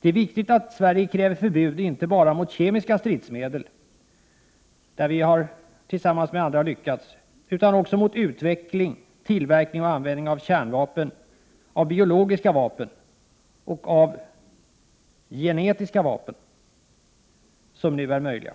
Det är viktigt att Sverige kräver förbud inte bara mot kemiska stridsmedel, vilket vi tillsammans med andra har lyckats med, utan också mot utveckling, tillverkning och användning av kärnvapen, biologiska vapen och genetiska vapen, som nu är möjliga.